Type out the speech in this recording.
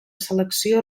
selecció